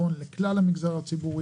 שהמגזר הציבורי,